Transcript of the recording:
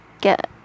Get